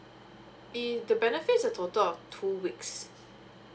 it the benefits is a total of two weeks